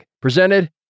presented